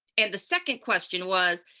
and the second question was,